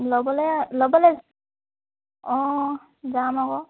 ল'বলৈ ল'বলৈ অঁ যাম আকৌ